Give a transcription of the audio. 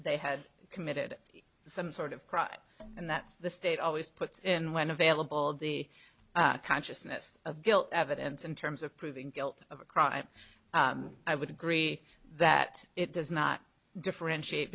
they have committed some sort of pride and that's the state always puts in when available the consciousness of guilt evidence in terms of proving guilt of a crime i would agree that it does not differentiate